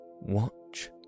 watch